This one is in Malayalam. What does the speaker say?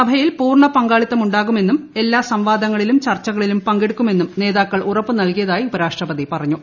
സഭയിൽ പൂർണ്ണ പങ്കാളിത്തമുണ്ടാകുമെന്നും എല്ലാ സംവാദങ്ങളിലും ചർച്ചകളിലും പങ്കെടുക്കുമെന്നും നേതാക്കൾ ഉറപ്പ് നൽകിയതായി ഉപരാഷ്ട്രപതി പറഞ്ഞു